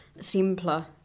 simpler